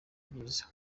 byiza